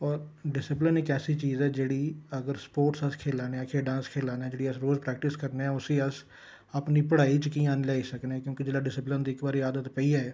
होर डिस्पलिन इक ऐसी चीज़ ऐ जेह्ड़ी अगर स्पोर्टस अस खेला ने आं खेढां अस खेलां ने आं जेह्ड़ी अस रोज़ प्रैक्टिस करनेआं उसी अस अपनी पढ़ाई च कि'यां आह्नी लेयाई सकने क्यूंकि जेल्लै डिस्पलिन दी इक बारी आदत पेई जाए